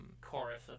chorus